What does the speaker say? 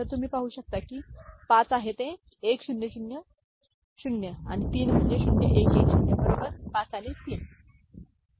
तर तुम्ही पाहू शकता की 5 आहे 1000 आणि 3 म्हणजे 0110 बरोबर 5 आणि 3 ठीक आहे